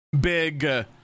big